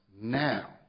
now